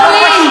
גם לא בפולין.